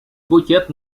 букет